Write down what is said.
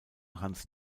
hans